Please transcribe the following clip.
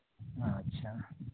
ᱟᱪᱪᱷᱟ